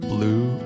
Blue